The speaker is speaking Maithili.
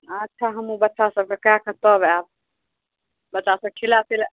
आच्छा हमहुँ बच्चा सबके कए कऽ तब आयब बच्चा सबके खिला पिला